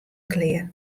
klear